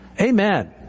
Amen